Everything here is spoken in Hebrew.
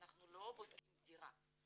אנחנו לא בודקים את הדירה.